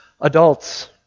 Adults